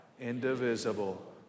indivisible